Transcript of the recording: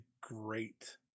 great